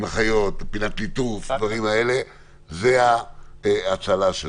לפינת הליטוף, זאת ההצלה שלו.